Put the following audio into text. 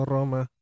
Roma